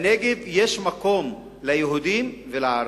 בנגב יש מקום ליהודים ולערבים.